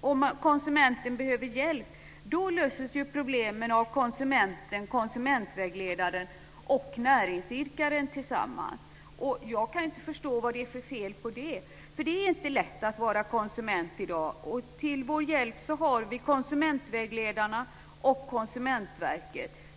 och konsumenten behöver hjälp som problemen löses av konsumenten, konsumentvägledaren och näringsidkaren tillsammans. Jag kan inte förstå vad det är för fel på det. Det är inte lätt att vara konsument i dag. Till vår hjälp har vi konsumentvägledarna och Konsumentverket.